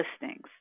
listings